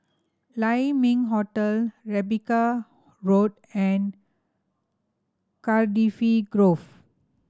Lai Ming Hotel Rebecca Road and Cardifi Grove